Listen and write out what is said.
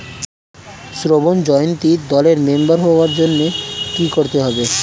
স্বর্ণ জয়ন্তী দলের মেম্বার হওয়ার জন্য কি করতে হবে?